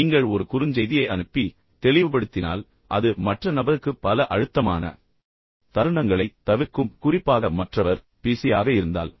நீங்கள் ஒரு குறுஞ்செய்தியை அனுப்பி தெளிவுபடுத்தினால் அது மற்ற நபருக்கு பல அழுத்தமான தருணங்களைத் தவிர்க்கும் குறிப்பாக மற்றவர் பிஸியாக இருந்தால்